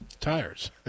tires